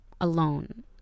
alone